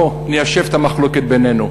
בוא, ניישב את המחלוקת בינינו.